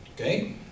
Okay